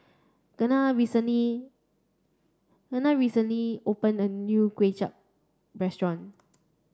Kenna recently Kenna recently opened a new Kway Chap Restaurant